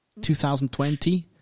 2020